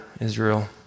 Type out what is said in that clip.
Israel